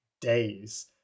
days